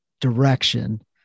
direction